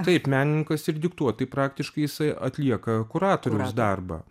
taip menininkas ir diktuoja tai praktiškai jisai atlieka kuratoriaus darbą